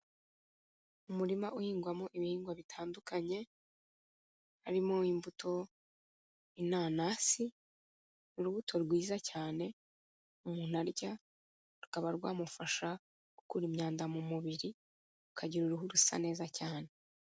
Umurima uhingwamo ibihingwa bitandukanye, harimo imbuto inanasi, urubuto rwiza cyane umuntu arya rukaba rwamufasha gukura imyanda mu mubiri, ukagira uruhu rusa neza cyane.